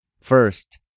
First